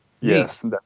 Yes